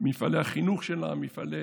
מפעלי החינוך ומפעלים